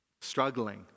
struggling